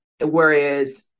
Whereas